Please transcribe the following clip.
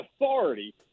authority